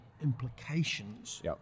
implications